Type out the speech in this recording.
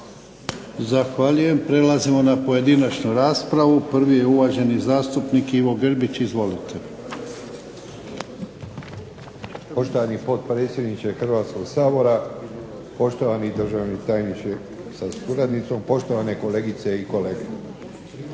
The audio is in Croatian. Zahvaljujem. Prelazimo na pojedinačnu raspravu. Prvi je uvaženi zastupnik Ivo Grbić. Izvolite. **Grbić, Ivo (HDZ)** Poštovani potpredsjedniče Hrvatskog sabora, poštovani državni tajniče sa suradnicom, poštovane kolegice i kolege